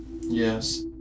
Yes